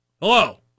Hello